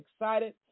excited